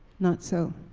not so.